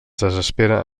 desespera